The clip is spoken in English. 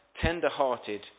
tender-hearted